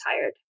tired